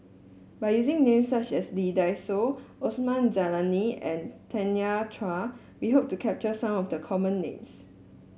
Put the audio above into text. by using names such as Lee Dai Soh Osman Zailani and Tanya Chua we hope to capture some of the common names